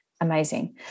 Amazing